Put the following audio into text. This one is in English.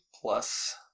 plus